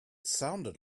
sounded